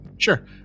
sure